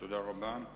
תודה רבה.